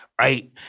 right